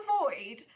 avoid